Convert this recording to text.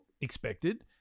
Expected